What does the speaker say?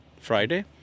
Friday